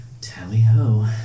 Tally-ho